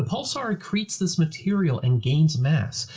ah pulsar accretes this material and gains mass.